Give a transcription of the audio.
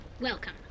Welcome